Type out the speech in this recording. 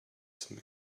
some